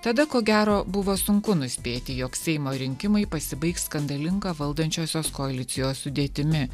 tada ko gero buvo sunku nuspėti jog seimo rinkimai pasibaigs skandalinga valdančiosios koalicijos sudėtimi